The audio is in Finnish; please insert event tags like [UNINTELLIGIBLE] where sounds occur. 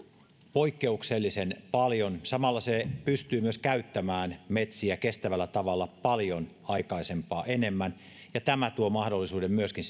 poikkeuksellisen paljon samalla se pystyy myös käyttämään metsiä kestävällä tavalla paljon aikaisempaa enemmän ja tämä tuo mahdollisuuden myöskin [UNINTELLIGIBLE]